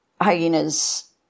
hyenas